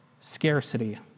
scarcity